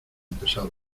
pesados